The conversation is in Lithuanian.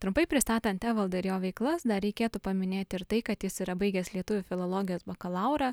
trumpai pristatant evaldą ir jo veiklas dar reikėtų paminėti ir tai kad jis yra baigęs lietuvių filologijos bakalaurą